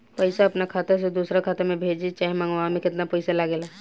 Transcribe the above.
पैसा अपना खाता से दोसरा खाता मे भेजे चाहे मंगवावे में केतना पैसा लागेला?